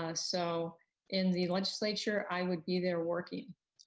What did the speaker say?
ah so in the legislature, i would be there working.